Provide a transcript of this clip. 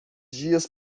dias